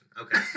Okay